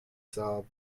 sob